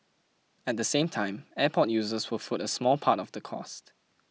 at the same time airport users will foot a small part of the cost